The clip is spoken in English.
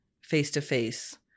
face-to-face